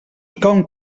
com